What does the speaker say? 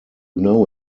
know